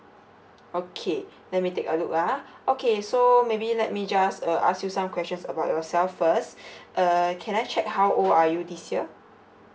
okay let me take a look ah okay so maybe let me just uh ask you some questions about yourself first uh can I check how old are you this year